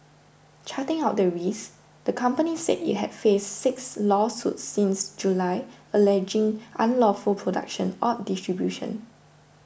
charting out the risks the company said it had faced six lawsuits since July alleging unlawful production or distribution